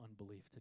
unbelief